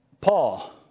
Paul